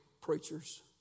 preachers